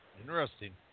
Interesting